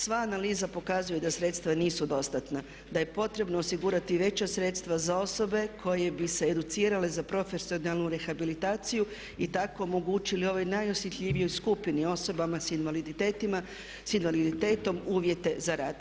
Sva analiza pokazuje da sredstva nisu dostatna, da je potrebno osigurati veća sredstva za osobe koje bi se educirale za profesionalnu rehabilitaciju i tako omogućili ovoj najosjetljivijoj skupini osobama sa invaliditetom uvjete za rad.